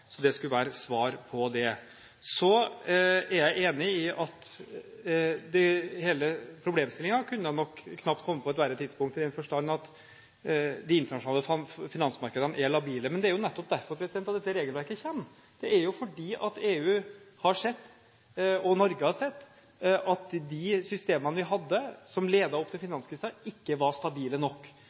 Så er jeg enig i at hele problemstillingen nok knapt kunne ha kommet på et verre tidspunkt, i den forstand at de internasjonale finansmarkedene er labile. Men det er nettopp derfor dette regelverket kommer, det er fordi EU har sett – og Norge har sett – at de systemene vi hadde, som ledet til finanskrisen, ikke var stabile nok